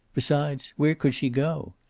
besides, where could she go?